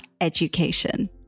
education